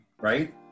right